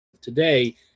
today